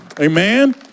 Amen